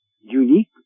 unique